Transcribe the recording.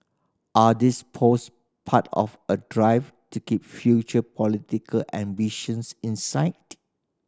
are these pose part of a drive to keep future political ambitions in sight